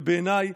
ובעיניי,